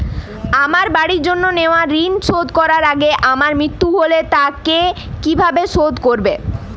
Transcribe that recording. আমার বাড়ির জন্য নেওয়া ঋণ শোধ করার আগে আমার মৃত্যু হলে তা কে কিভাবে শোধ করবে?